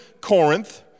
Corinth